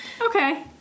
Okay